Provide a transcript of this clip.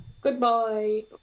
goodbye